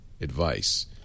advice